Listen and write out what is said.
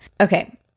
Okay